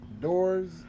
doors